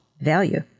value